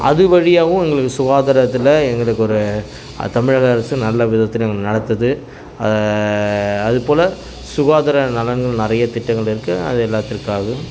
அது வழியாகவும் எங்களுக்கு சுகாதாரத்தில் எங்களுக்கு ஒரு தமிழக அரசு நல்ல விதத்துலேயும் நடத்துது அதுபோல் சுகாதார நலன்கள் நிறைய திட்டங்கள் இருக்குது அது எல்லாத்திற்காகவும்